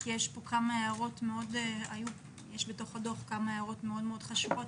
כי יש פה בדוח כמה הערות מאוד חשובות,